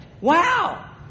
Wow